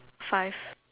five